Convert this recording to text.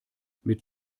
mit